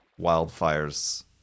wildfires